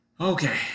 okay